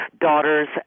daughters